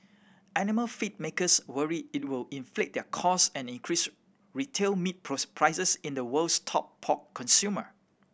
animal feed makers worry it will inflate their cost and increase retail meat pros prices in the world's top pork consumer